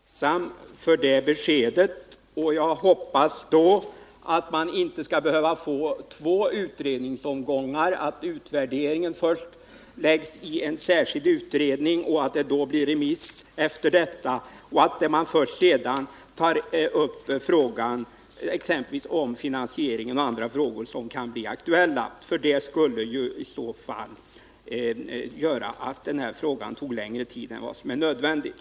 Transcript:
Herr talman! Jag är tacksam för det beskedet. Jag hoppas att man då inte skall behöva få två utredningsomgångar, så att utvärderingen först läggs i en särskild utredning som remissbehandlas och att man först därefter tar upp t.ex. frågan om finansieringen och andra frågor som kan bli aktuella. Det skulle i så fall medföra att den här frågan skulle ta längre tid än vad som är nödvändigt.